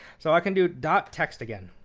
so i can do dot text again.